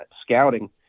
scouting